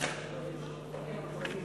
בבקשה.